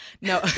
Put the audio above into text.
No